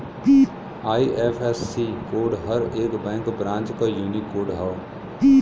IFSC code हर एक bank branch क यूनिक कोड हौ